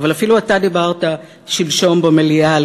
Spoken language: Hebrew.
אבל אפילו אתה דיברת שלשום במליאה על